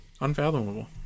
unfathomable